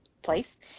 place